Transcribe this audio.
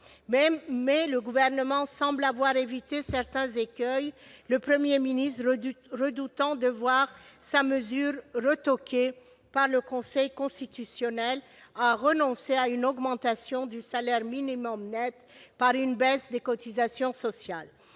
mais il semble avoir évité certains écueils. Le Premier ministre, redoutant de voir sa mesure retoquée par le Conseil constitutionnel, a renoncé à augmenter le salaire minimum net par le biais d'une baisse des cotisations sociales.